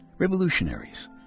revolutionaries